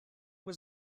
was